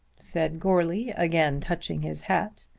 said goarly again touching his hat.